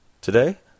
Today